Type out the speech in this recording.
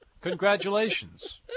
Congratulations